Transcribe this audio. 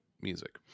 music